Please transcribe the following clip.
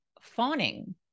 fawning